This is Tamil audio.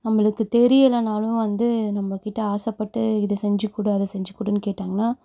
நம்மளுக்கு தெரியலைனாலும் வந்து நம்மகிட்டே ஆசைப்பட்டு இதை செஞ்சு கொடு அதை செஞ்சு கொடுன்னு கேட்டாங்கன்னால்